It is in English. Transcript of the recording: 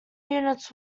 units